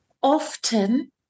Often